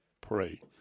pray